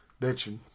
bitching